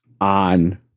on